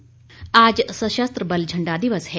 झण्डा दिवस आज सशस्त्र बल झंडा दिवस है